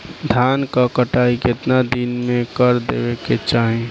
धान क कटाई केतना दिन में कर देवें कि चाही?